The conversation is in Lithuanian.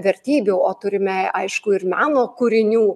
vertybių o turime aišku ir meno kūrinių